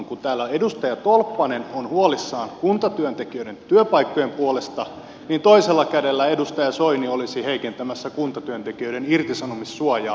kun täällä edustaja tolppanen on huolissaan kuntatyöntekijöiden työpaikkojen puolesta niin toisella kädellä edustaja soini olisi heikentämässä kuntatyöntekijöiden irtisanomissuojaa